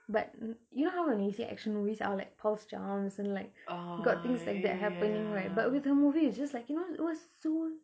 but you know how when you say action movies I will like cause chance and like got things like that happening right but with her movie it's just like you know it was so